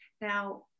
Now